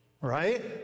right